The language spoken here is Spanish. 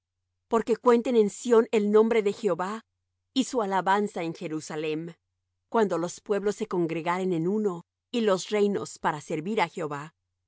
porque cuenten en sión el nombre de jehová y su alabanza en jerusalem cuando los pueblos se congregaren en uno y los reinos para servir á jehová el